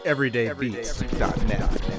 EverydayBeats.net